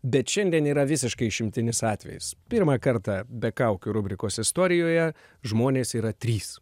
bet šiandien yra visiškai išimtinis atvejis pirmą kartą be kaukių rubrikos istorijoje žmonės yra trys